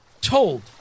told